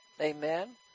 Amen